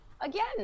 again